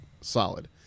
solid